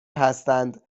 هستند